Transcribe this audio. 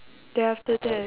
then after that